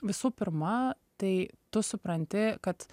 visų pirma tai tu supranti kad